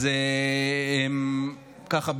אז ככה,